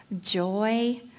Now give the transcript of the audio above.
joy